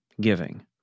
giving